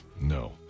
No